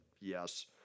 yes